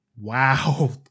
Wow